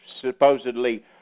supposedly